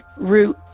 Route